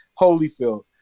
Holyfield